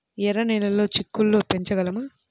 ఎర్ర నెలలో చిక్కుళ్ళు పెంచగలమా?